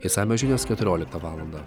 išsamios žinios keturioliktą valandą